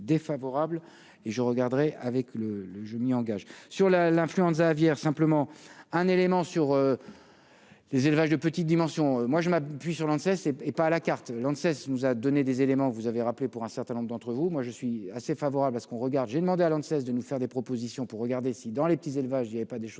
défavorable et je regarderai avec le, le, je m'y engage sur la l'influenza aviaire simplement un élément sur les élevages de petite dimension, moi je m'appuie sur ne cesse et et pas à la carte Lanxess nous a donné des éléments, vous avez rappelé pour un certain nombre d'entre vous, moi, je suis assez favorable à ce qu'on regarde, j'ai demandé à l'ne cesse de nous faire des propositions pour regarder si dans les petits élevages y avait pas des choses